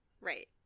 Right